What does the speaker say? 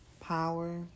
power